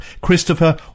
Christopher